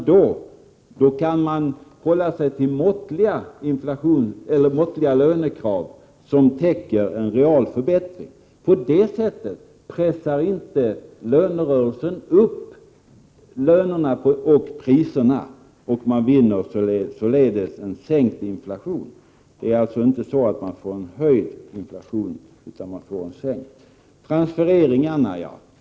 Då kan mani stället hålla sig till måttliga lönekrav som täcker en real förbättring. På så sätt pressar inte lönerörelsen upp lönerna och priserna. Således får man inte en höjd inflation utan en sänkt.